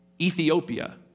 Ethiopia